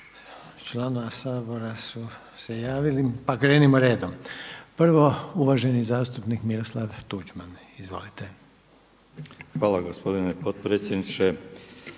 članova sabora su se javili pa krenimo redom. Prvo uvaženi zastupnik Miroslav Tuđman, izvolite. **Tuđman, Miroslav